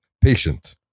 Patient